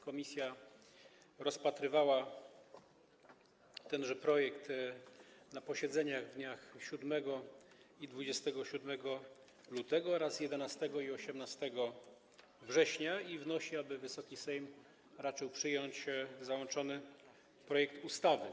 Komisja rozpatrywała tenże projekt na posiedzeniach w dniach 7 i 27 lutego oraz 11 i 18 września i wnosi, aby Wysoki Sejm raczył przyjąć załączony projekt ustawy.